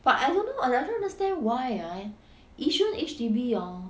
but I don't know I don't understand why ah yishun H_D_B hor